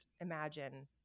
imagine